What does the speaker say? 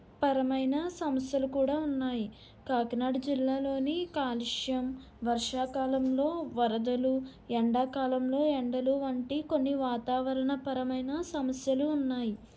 పరమైన సమస్యలు కూడా ఉన్నాయి కాకినాడ జిల్లాలోని కాలుష్యం వర్షాకాలంలో వరదలు ఎండాకాలంలో ఎండలు వంటి కొన్ని వాతావరణ పరమైన సమస్యలు ఉన్నాయి